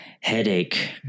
headache